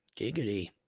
Giggity